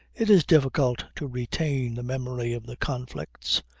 it is difficult to retain the memory of the conflicts,